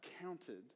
counted